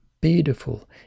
beautiful